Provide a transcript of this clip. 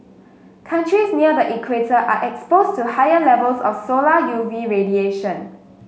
countries near the equator are exposed to higher levels of solar U V radiation